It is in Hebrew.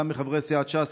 גם חברי סיעת ש"ס,